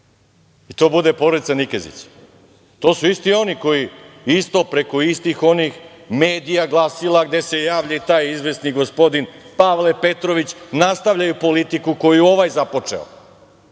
i to bude porodica Nikezić. To su isti oni koji preko istih onih medija, glasila, gde se javlja i taj izvesni gospodin Pavle Petrović nastavljaju politiku koju je ovaj započeo,